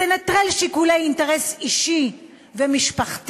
תנטרל שיקולי אינטרס אישי ומשפחתי.